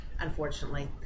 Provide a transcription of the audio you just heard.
unfortunately